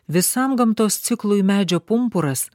visam gamtos ciklui medžio pumpuras